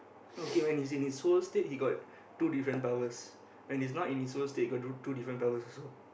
no K when he's in soul state he got two different powers when he's not in his soul state he got two two different powers also